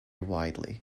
widely